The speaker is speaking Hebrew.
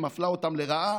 שמפלה אותם לרעה